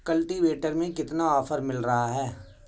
Cultivator में कितना offer मिल रहा है?